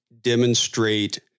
demonstrate